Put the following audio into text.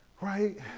Right